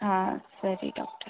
ಹಾಂ ಸರಿ ಡಾಕ್ಟರ್